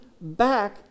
back